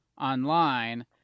online